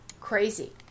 Crazy